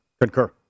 concur